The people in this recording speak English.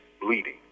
bleeding